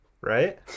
right